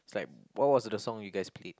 like what was the song you guys played